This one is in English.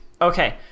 Okay